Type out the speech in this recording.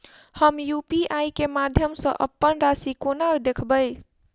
हम यु.पी.आई केँ माध्यम सँ अप्पन राशि कोना देखबै?